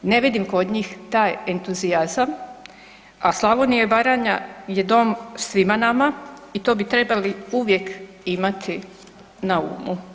Ne vidim kod njih taj entuzijazam a Slavonija i Baranja je dom svima nama i to bi trebali uvijek imati na umu.